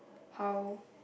how